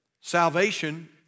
salvation